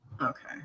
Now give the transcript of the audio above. Okay